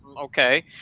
okay